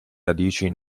radici